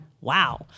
Wow